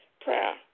prayer